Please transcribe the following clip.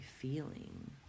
feeling